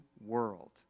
world